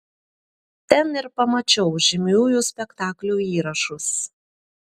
ten ir pamačiau žymiųjų spektaklių įrašus